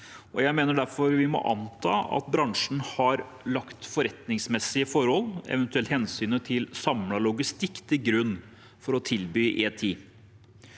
jeg mener derfor vi må anta at bransjen har lagt forretningsmessige forhold, ev. hensynet til samlet logistikk, til grunn for å tilby E10.